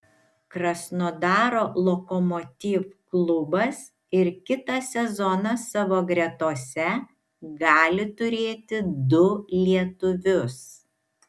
krasnodaro lokomotiv klubas ir kitą sezoną savo gretose gali turėti du lietuvius